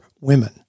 women